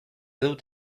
dut